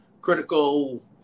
critical